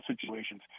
situations